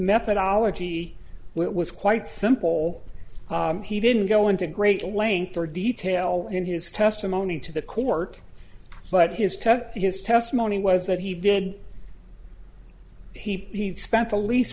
methodology it was quite simple he didn't go into great length or detail in his testimony to the court but his to his testimony was that he did he spent the least